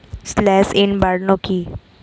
Slash and burn কি?